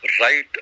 right